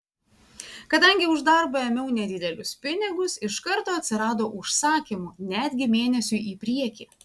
kadangi už darbą ėmiau nedidelius pinigus iš karto atsirado užsakymų netgi mėnesiui į priekį